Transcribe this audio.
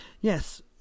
Yes